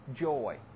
joy